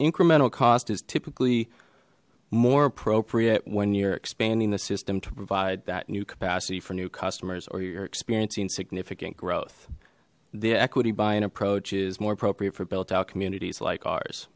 incremental cost is typically more appropriate when you're expanding the system to provide that new capacity for new customers or you're experiencing significant growth the equity buying approach is more appropriate for built out communities like ours